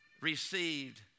received